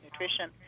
nutrition